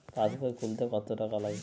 পাশবই খুলতে কতো টাকা লাগে?